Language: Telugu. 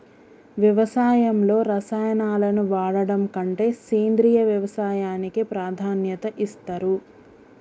వ్యవసాయంలో రసాయనాలను వాడడం కంటే సేంద్రియ వ్యవసాయానికే ప్రాధాన్యత ఇస్తరు